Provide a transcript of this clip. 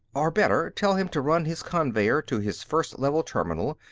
or, better, tell him to run his conveyer to his first level terminal,